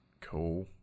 cool